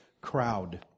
crowd